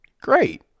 great